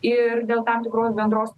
ir dėl tam tikros bendros